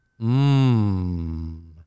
Mmm